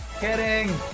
Kidding